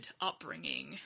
upbringing